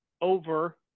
over